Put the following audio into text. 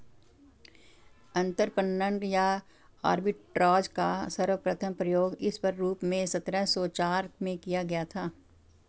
अंतरपणन या आर्बिट्राज का सर्वप्रथम प्रयोग इस रूप में सत्रह सौ चार में किया गया था